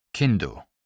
Kindle